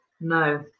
No